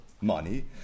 money